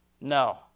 No